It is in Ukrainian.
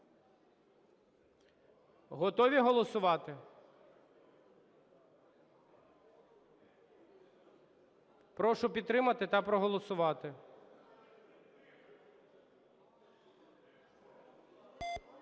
Готові голосувати? Прошу підтримати та проголосувати.